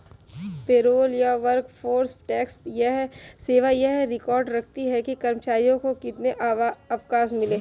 payroll या workforce tax सेवा यह रिकॉर्ड रखती है कि कर्मचारियों को कितने अवकाश मिले